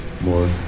more